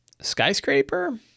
skyscraper